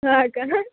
हां का